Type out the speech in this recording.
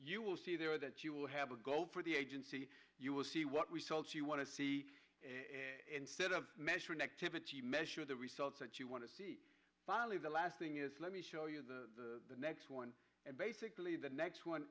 you will see there that you will have a go for the agency you will see what we told you want to see instead of measuring activity measure the results that you want to see finally the last thing is let me show you the next one and basically the next one